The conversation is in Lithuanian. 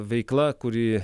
veikla kuri